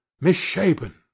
misshapen